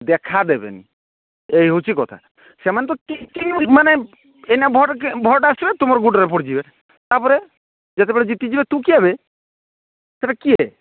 ଦେଖାଦେବେନି ଏଇ ହେଉଛି କଥା ସେମାନେ ତ ମାନେ ଏଇନା ଭୋଟ୍ ଭୋଟ୍ ଆସିବେ ତୁମର ଗୁଡ଼ରେ ପଡ଼ିଯିବେ ତାପରେ ଯେତେବେଳେ ଜିତିଯିବେ ତୁ କିଏବେ ସେଇଟା କିଏ